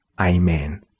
Amen